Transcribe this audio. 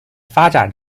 发展